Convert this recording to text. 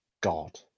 God